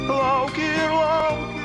lauki ir lauki